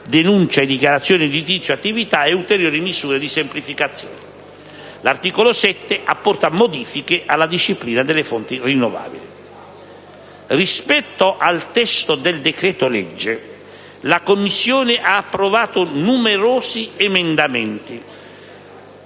denuncia e dichiarazione di inizio attività e ulteriori misure di semplificazione; l'articolo 7, che apporta modifiche alla disciplina delle fonti rinnovabili. Rispetto al testo del decreto-legge, la Commissione ha approvato numerosi emendamenti,